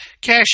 Cash